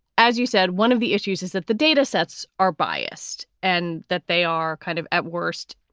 as you said, one of the issues is that the data sets are biased and that they are kind of at worst,